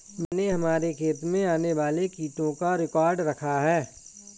मैंने हमारे खेत में आने वाले कीटों का रिकॉर्ड रखा है